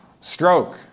Stroke